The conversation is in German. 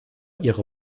ihre